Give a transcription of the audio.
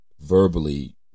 verbally